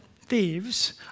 thieves